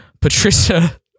patricia